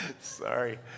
Sorry